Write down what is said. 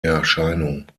erscheinung